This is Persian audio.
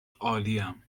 عالیم